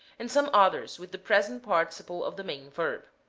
and some others with the present participle of the main verb.